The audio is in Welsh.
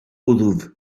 wddf